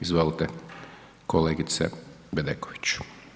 Izvolite kolegice Bedeković.